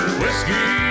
whiskey